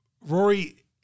Rory